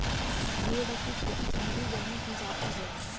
geoduck की खेती समुद्री जल में की जाती है